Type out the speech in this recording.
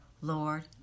Lord